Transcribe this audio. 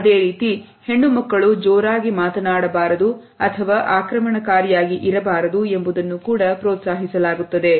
ಅದೇ ರೀತಿ ಹೆಣ್ಣು ಮಕ್ಕಳು ಜೋರಾಗಿ ಮಾತನಾಡಬಾರದು ಅಥವಾ ಆಕ್ರಮಣಕಾರಿಯಾಗಿ ಇರಬಾರದು ಎಂಬುದನ್ನು ಕೂಡ ಪ್ರೋತ್ಸಾಹಿಸಲಾಗುತ್ತದೆ